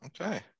okay